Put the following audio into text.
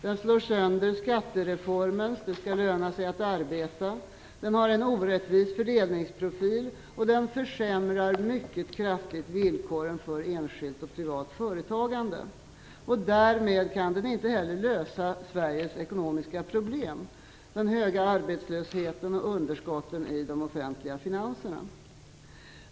Den slår sönder skattereformens det skall löna sig att arbeta. Den har en orättvis fördelningsprofil. Den försämrar mycket kraftigt villkoren för enskilt och privat företagande. Därmed kan den inte lösa Sveriges ekonomiska problem - den höga arbetslösheten och underskotten i de offentliga finanserna.